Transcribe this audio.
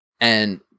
and-